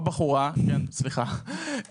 או בחורה, סליחה.